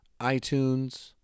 iTunes